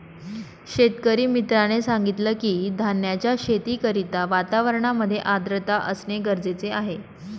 शेतकरी मित्राने सांगितलं की, धान्याच्या शेती करिता वातावरणामध्ये आर्द्रता असणे गरजेचे आहे